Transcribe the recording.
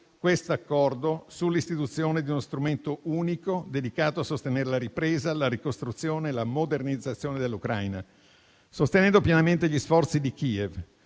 questo accordo sull'istituzione di uno strumento unico, dedicato a sostenere la ripresa, la ricostruzione e la modernizzazione dell'Ucraina, sostenendo pienamente gli sforzi di Kiev,